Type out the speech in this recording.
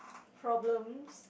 problems